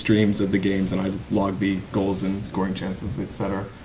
streams of the games and i log the goals and scoring chances, etc.